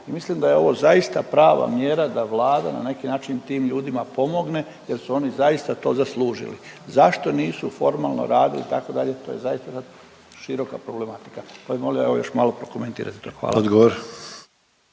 mislim da je ovo zaista prava mjera da Vlada na neki način tim ljudima pomogne jer su oni zaista to zaslužili. Zašto nisu formalno radili, itd., to je zaista sad široka problematika, pa bi molio, evo, još malo prokomentirajte to. Hvala.